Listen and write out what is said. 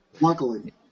luckily